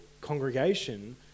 congregation